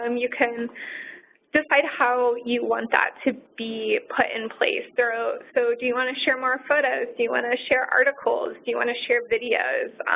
um you can decide how you want that to be put in place. so, do you want to share more photos? do you want to share articles? do you want to share videos?